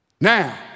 Now